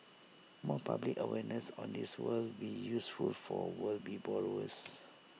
more public awareness on this would be useful for world be borrowers